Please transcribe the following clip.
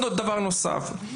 דבר נוסף,